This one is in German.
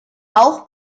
auch